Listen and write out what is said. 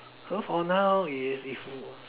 so for now is if you